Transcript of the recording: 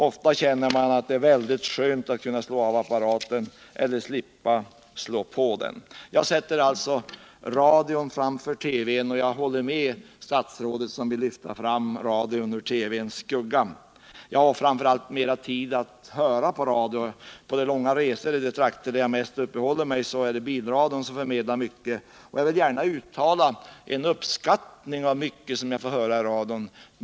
Ofta känner man att det är väldigt skönt att kunna slå av TV apparaten eller att slippa att slå på den. Jag sätter alltså radion framför TV:n, och jag håller med statsrådet som vill lyfta fram radion ur televisionens skugga. Jag har mer tid att höra på radio. Under långa resor i de trakter där jag mest uppehåller mig är det bilradion som förmedlar mycket. Jag vill gärna uttala min uppskattning av mycket som jag fått höra i radion.